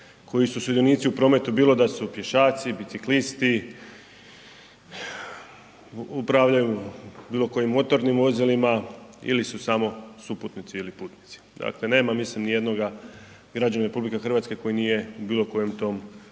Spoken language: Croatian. koji su sudionici u prometu bili do su pješaci, biciklisti, upravljaju bilo kojim motornim vozilima ili su samo suputnici ili putnici. Dakle nema mislim ni jednoga građanina RH koji nije u bilo kojem tom,